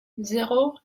zéro